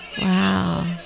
Wow